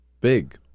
Big